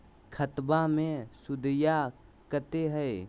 खतबा मे सुदीया कते हय?